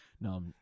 No